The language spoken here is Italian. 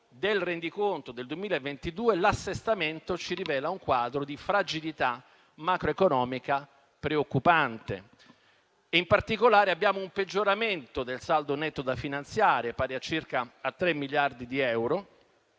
che ho citato prima, l'assestamento ci rivela un quadro di fragilità macroeconomica preoccupante. In particolare, abbiamo un peggioramento del saldo netto da finanziare pari a circa tre miliardi di euro,